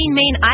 main